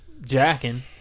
jacking